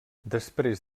després